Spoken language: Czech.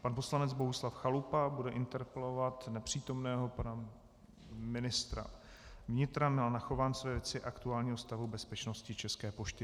Pan poslanec Bohuslav Chalupa bude interpelovat nepřítomného pana ministra vnitra Milana Chovance ve věci aktuálního stavu bezpečnosti České pošty.